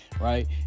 right